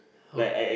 who